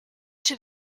czy